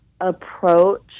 approach